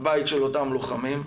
הבית של אותם לוחמים.